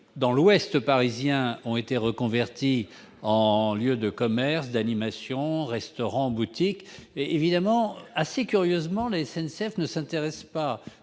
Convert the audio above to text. dans l'Ouest parisien ont été reconverties en lieux de commerce, d'animation, en restaurants et en boutiques. Or, assez curieusement, la SNCF ne s'intéresse pas